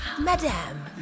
Madam